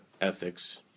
ethics